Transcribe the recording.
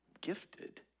gifted